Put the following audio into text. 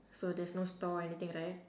so there's no store anything right